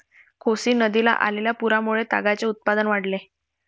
कोसी नदीला आलेल्या पुरामुळे तागाचे उत्पादन वाढले